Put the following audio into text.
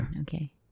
Okay